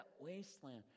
wasteland